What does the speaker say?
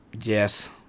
Yes